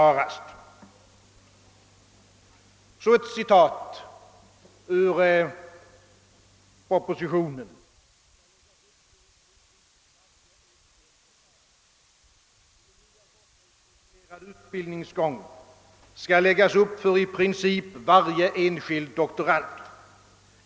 Här måste alltså en uppföljning ske snarast. I inledningen till propositionen står bl.a.: »En genomtänkt, systematiskt planerad utbildningsgång skall läggas upp för i princip varje enskild doktorand.